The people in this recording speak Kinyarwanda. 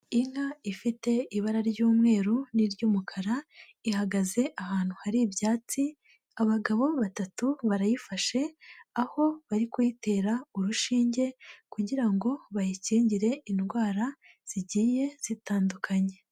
Inka ifite ibara ry'umweru n'iry'umukara ihagaze ahantu hari ibyatsi, abagabo batatu barayifashe aho bari kuyitera urushinge kugira ngo bayikingire indwara zigiye zitandukanye.